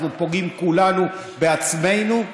אנחנו פוגעים כולנו בעצמנו.